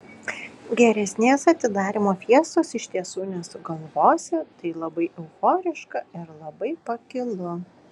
geresnės atidarymo fiestos iš tiesų nesugalvosi tai labai euforiška ir labai pakilu